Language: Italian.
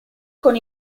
con